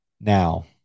Now